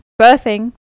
birthing